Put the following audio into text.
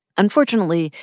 unfortunately,